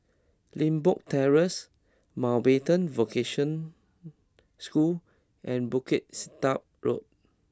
Limbok Terrace Mountbatten Vocational School and Bukit Sedap Road